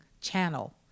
channel